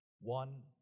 one